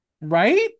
Right